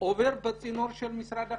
עובר בצינור של משרד החינוך.